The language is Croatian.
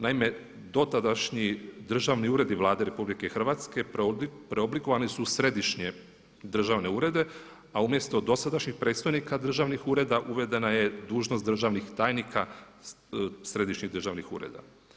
Naime, dotadašnji državni uredi Vlade RH preoblikovani su u središnje državne urede a umjesto dosadašnjih predstojnika državnih ureda uvedena je dužnost državnih tajnika, središnjih državnih ureda.